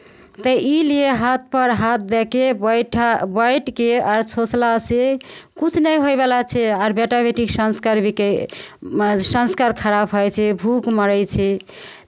तऽ ईलिए हाथपर हाथ दऽ कऽ बैठय बैठि कऽ आर सोचलासँ किछु नहि होयवला छै आर बेटाबेटीके संस्कारभी के संस्कार खराब होइ छै भूख मरै छै